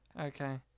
Okay